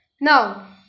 now